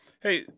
Hey